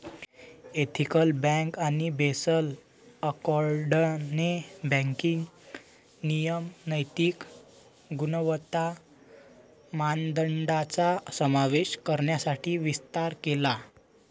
ethical bank आणि Basel एकॉर्डने banking नियमन नैतिक गुणवत्ता मानदंडांचा समावेश करण्यासाठी विस्तार केला